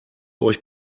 euch